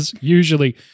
usually